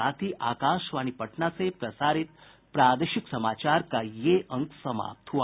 इसके साथ ही आकाशवाणी पटना से प्रसारित प्रादेशिक समाचार का ये अंक समाप्त हुआ